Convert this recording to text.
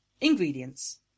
Ingredients